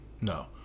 No